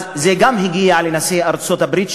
אז זה הגיע גם לנשיא ארצות-הברית,